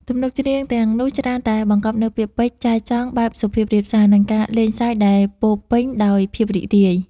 ទំនុកច្រៀងទាំងនោះច្រើនតែបង្កប់នូវពាក្យពេចន៍ចែចង់បែបសុភាពរាបសារ និងការលេងសើចដែលពោរពេញដោយភាពរីករាយ។